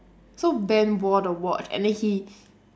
so ben wore the watch and then he